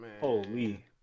Holy